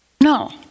No